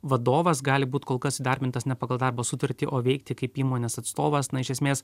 vadovas gali būt kol kas įdarbintas ne pagal darbo sutartį o veikti kaip įmonės atstovas na iš esmės